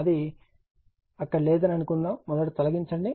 అది అక్కడ లేదని అనుకుందాం మొదట RL jXC తొలగించండి